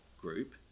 group